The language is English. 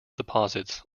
deposits